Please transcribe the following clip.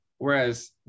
Whereas